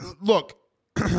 Look